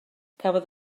cafodd